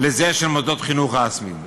לזה של מוסדות חינוך רשמיים.